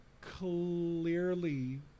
clearly